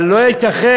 אבל לא ייתכן